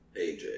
AJ